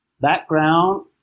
background